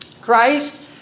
Christ